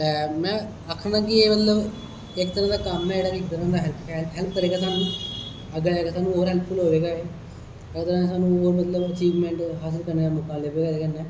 ते में आक्खना कि एह् मतलब इक दिन दा कम्म ऐ ते इक तरह दी हैल्प करे गा स्हानू अग्गे आएगा स्हानू और हैल्पफुल होवे गा ऐ ओहदे कन्ने स्हानू और मतलब अचीवमेंट हासल करने दा मौका लब्भेआ एहदे कन्नै